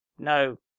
No